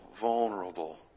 vulnerable